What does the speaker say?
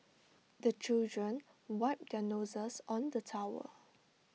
the children wipe their noses on the towel